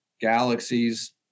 galaxies